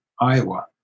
Iowa